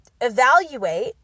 evaluate